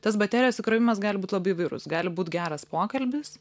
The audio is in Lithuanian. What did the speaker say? tas baterijos įkrovimas gali būt labai įvairus gali būt geras pokalbis